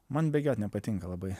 man bėgiot nepatinka labai